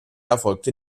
erfolgte